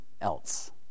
else